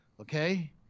okay